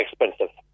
expensive